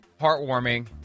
heartwarming